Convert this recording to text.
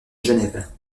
genève